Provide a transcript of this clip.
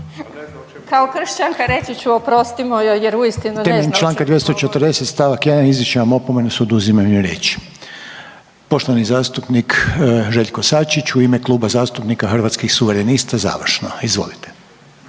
govori. **Reiner, Željko (HDZ)** Temeljem Članka 240. stavak 1. izričem vam opomenu s oduzimanjem riječi. Poštovani zastupnik Željko Sačić u ime Kluba zastupnika Hrvatskih suverenista završno. Izvolite.